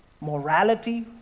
morality